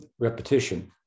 repetition